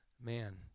man